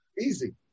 Easy